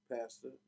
pastor